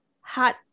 hot